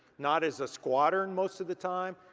not as a squadron, most of the time.